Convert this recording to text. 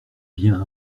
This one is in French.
bien